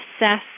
assess